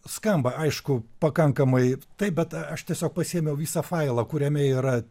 skamba aišku pakankamai taip bet aš tiesiog pasiėmiau visą failą kuriame yra